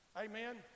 Amen